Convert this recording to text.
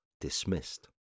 dismissed